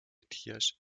thiersch